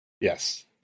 Yes